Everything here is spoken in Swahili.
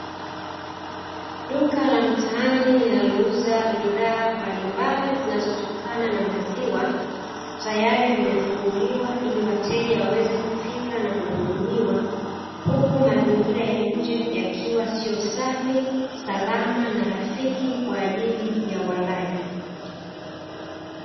Duka la mtaani linalouza bidhaa mbalimbali zinazotokana na maziwa tayari limefunguliwa ili wateja waweze kufika na kuhudumiwa huku mazingira ya nje yakiwa sio safi, salama na rafiki kwa ajili ya walaji.